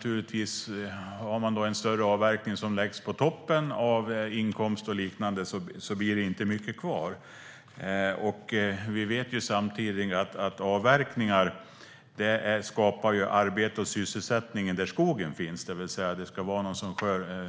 Gör man då en större avverkning som läggs på toppen av övriga inkomster blir det inte mycket kvar. Vi vet samtidigt att avverkningar skapar arbete och sysselsättning där skogen finns. Det ska finnas någon som